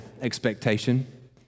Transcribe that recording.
expectation